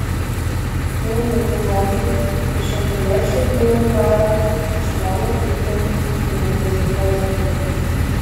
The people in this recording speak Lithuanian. daug gerų žodžių kaišiadoriečiai biurui taria už nuolat vykdomus įvairius projektus